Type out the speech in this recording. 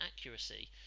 accuracy